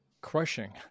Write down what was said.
crushing